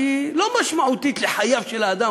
שהיא לא משמעותית לחייו של אדם,